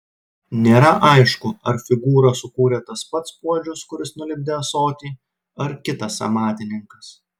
nėra aišku ar figūrą sukūrė tas pats puodžius kuris nulipdė ąsotį ar kitas amatininkas